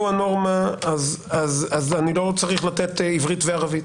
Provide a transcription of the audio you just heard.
הוא הנורמה אני לא צריך לתת עברית וערבית